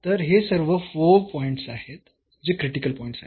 तर हे सर्व 4 पॉईंट्स आहेत जे क्रिटिकल पॉईंट्स आहेत